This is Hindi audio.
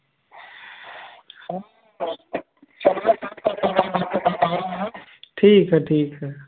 ठीक है ठीक है